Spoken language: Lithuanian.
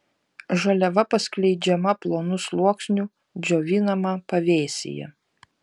žaliava paskleidžiama plonu sluoksniu džiovinama pavėsyje